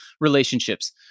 relationships